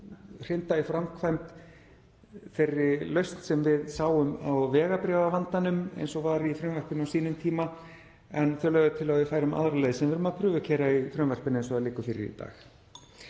hrinda í framkvæmd þeirri lausn sem við sáum á vegabréfavandanum eins og var í frumvarpinu á sínum tíma, en þau lögðu til að við færum aðra leið sem við erum að prufukeyra í frumvarpinu eins og það liggur fyrir í dag.